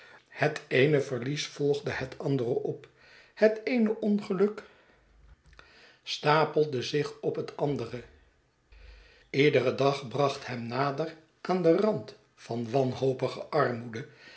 het eene verlies volgde het andere op het eene ongeluk stapelde zich op het andere iedere dag bracht hem nader aan den rand van wanhopige armoede